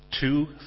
two